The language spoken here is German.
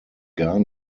gar